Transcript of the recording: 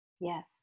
Yes